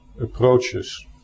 approaches